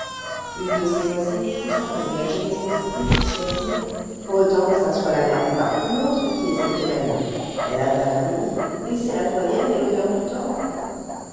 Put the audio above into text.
une de ses voisines poussa même la générosité jusqu'à dire autant que ça soit la mère bouvard qu'une autre qui ait cette aubaine elle a de la famille et c'est la doyenne et l'honneur du temple